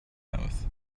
oath